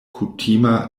kutima